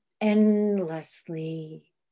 endlessly